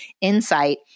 insight